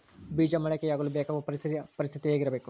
ಬೇಜ ಮೊಳಕೆಯಾಗಲು ಬೇಕಾಗುವ ಪರಿಸರ ಪರಿಸ್ಥಿತಿ ಹೇಗಿರಬೇಕು?